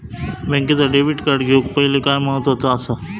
बँकेचा debit card घेउक पाहिले काय महत्वाचा असा?